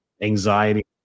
anxiety